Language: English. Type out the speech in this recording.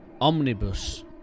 Omnibus